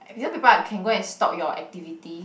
people are can go and stalk your activity